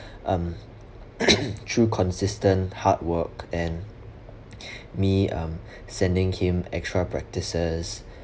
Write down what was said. um through consistent hard work and me um sending him extra practises